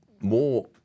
more